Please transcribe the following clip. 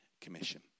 Commission